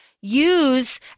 Use